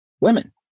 women